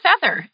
Feather